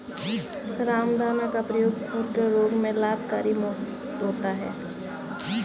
रामदाना का प्रयोग मूत्र रोग में लाभकारी होता है